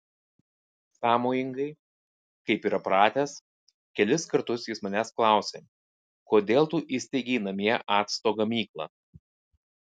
sąmojingai kaip yra pratęs kelis kartus jis manęs klausė kodėl tu įsteigei namie acto gamyklą